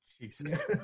Jesus